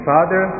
Father